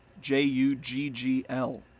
J-U-G-G-L